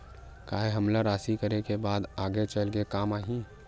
का हमला राशि करे के बाद आगे चल के काम आही?